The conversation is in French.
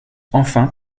enfin